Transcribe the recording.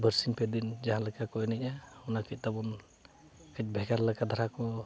ᱵᱟᱹᱨᱥᱤᱧ ᱯᱮ ᱫᱤᱱ ᱡᱟᱦᱟᱸ ᱞᱮᱠᱟ ᱠᱚ ᱮᱱᱮᱡᱟ ᱚᱱᱟ ᱠᱟᱹᱡ ᱛᱟᱵᱚᱱ ᱠᱟᱹᱡ ᱵᱷᱮᱜᱟᱨ ᱞᱮᱠᱟ ᱫᱷᱟᱨᱟ ᱠᱚ